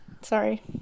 Sorry